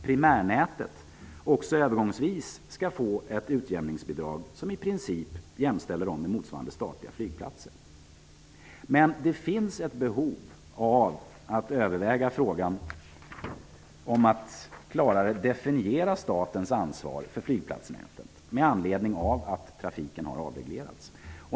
primärnätet skall också övergångsvis få ett utjämningsbidrag som i princip jämställer dem med motsvarande statliga flygplatser. Det finns ett behov av att överväga frågan om att klarare definiera statens ansvar för flygplatsnätet med anledning av att trafiken har avreglerats.